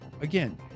again